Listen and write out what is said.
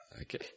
Okay